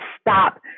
stop